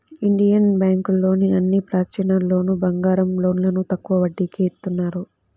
Indian బ్యేంకులోని అన్ని బ్రాంచీల్లోనూ బంగారం లోన్లు తక్కువ వడ్డీకే ఇత్తన్నారు